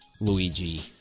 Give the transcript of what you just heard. Luigi